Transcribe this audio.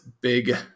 big